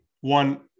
One